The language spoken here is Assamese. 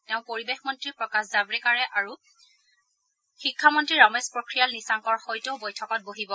তেওঁ পৰিৱেশ মন্ত্ৰী প্ৰকাশ জাভাড়েকাৰ আৰু শিক্ষামন্ত্ৰী ৰমেশ পোখৰিয়াল নিশাংকৰ সৈতেও বৈঠকত বহিব